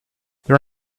there